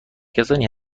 کسانی